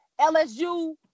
LSU